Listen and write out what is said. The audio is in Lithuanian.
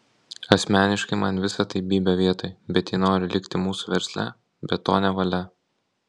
asmeniškai man visa tai bybio vietoj bet jei nori likti mūsų versle be to nevalia